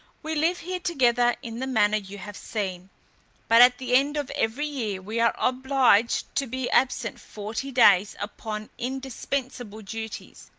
we live here together in the manner you have seen but at the end of every year we are obliged to be absent forty days upon indispensable duties,